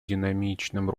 динамичным